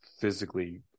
physically